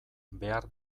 behar